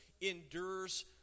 endures